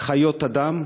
חיות אדם,